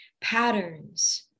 patterns